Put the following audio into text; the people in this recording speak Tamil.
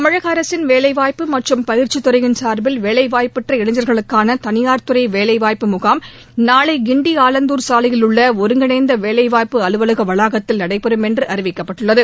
தமிழக அரசின் வேலைவாய்ப்பு மற்றும் பயிற்சித்துறையின் சார்பில் வேலைவாய்ப்பற்ற இளைஞர்களுக்கான தனியார்துறை வேலைவாய்ப்பு முகாம் நாளை கிண்டி சாலையில் உள்ள ஒருங்கிணைந்த வேலைவாய்ப்பு அலுவலக வளாகத்தில் நடைபெறும் என்று அறிவிக்கப்பட்டுள்ளது